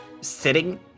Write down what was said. sitting